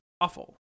Awful